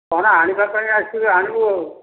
କ'ଣ ଆଣିବା ପାଇଁ ଆସିବୁ ଆଣିବୁ ଆଉ